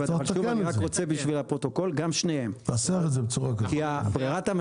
זה סותר את החוק.